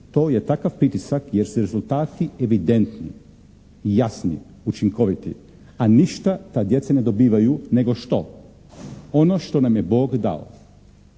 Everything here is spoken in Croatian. to je takav pritisak jer su rezultati evidentni i jasni, učinkoviti, a ništa ta djeca na dobivaju nego što? Ono što nam je Bog dao.